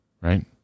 Right